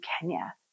Kenya